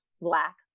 black